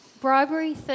bribery